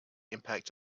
impact